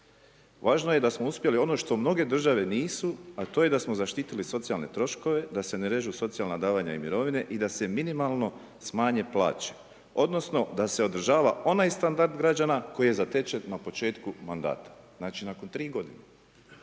Važno je da smo uspjeli ono što mnoge države nisu, a to je da smo zaštitili socijalne troškove da se ne režu socijalna davanja i mirovine i da se minimalno smanje plaće odnosno da se održava onaj standard građana koji je zatečen na početku mandata. Znači, nakon 3 godine